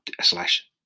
slash